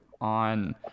on